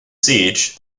siege